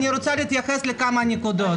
אני רוצה להתייחס לכמה נקודות.